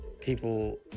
people